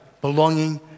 belonging